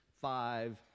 five